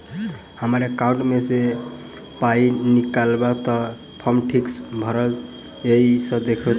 हम्मर एकाउंट मे सऽ पाई निकालबाक लेल फार्म ठीक भरल येई सँ देखू तऽ?